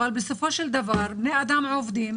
אבל בסופו של דבר בני אדם עובדים